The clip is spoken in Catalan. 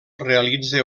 realitza